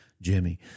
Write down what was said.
Jimmy